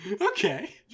Okay